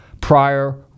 prior